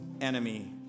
enemy